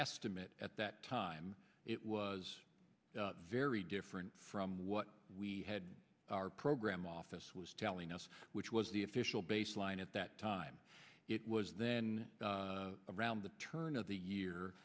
estimate at that time it was very different from what we had our program office was to ling us which was the official baseline at that time it was then around the turn of the year